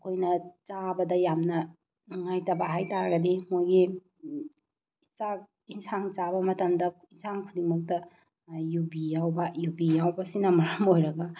ꯑꯩꯈꯣꯏꯅ ꯆꯥꯕꯗ ꯌꯥꯝꯅ ꯅꯨꯡꯉꯥꯏꯇꯕ ꯍꯥꯏꯇꯥꯔꯒꯗꯤ ꯃꯣꯏꯒꯤ ꯆꯥꯛ ꯏꯟꯁꯥꯡ ꯆꯥꯕ ꯃꯇꯝꯗ ꯏꯟꯁꯥꯡ ꯈꯨꯗꯤꯡꯃꯛꯇ ꯌꯨꯕꯤ ꯌꯥꯎꯕ ꯌꯨꯕꯤ ꯌꯥꯎꯕꯁꯤꯅ ꯃꯔꯝ ꯑꯣꯔꯒ